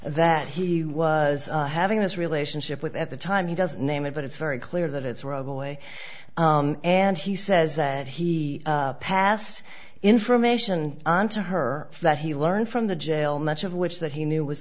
that he was having his relationship with at the time he doesn't name it but it's very clear that it's robel way and he says that he passed information on to her that he learned from the jail much of which that he knew was